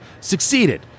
succeeded